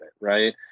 right